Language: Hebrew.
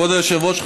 כבוד היושב-ראש,